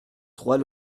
trois